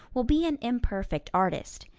will be an imperfect artist.